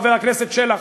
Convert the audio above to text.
חבר הכנסת שלח,